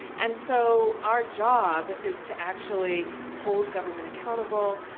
and so our job is to actually hold government accountable.